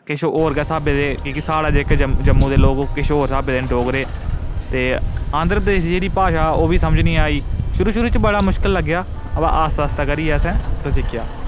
किश होर गै स्हाबै दे कि साढ़े जम्मू दे लोक किश बी समझ नीं आई शुरू शुरू बड़ा मुश्कल लग्गेआ पर आस्ता आस्ता करियै असें उत्थूं सिक्खेआ